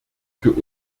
für